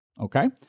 Okay